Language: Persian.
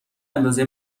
اندازه